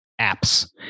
apps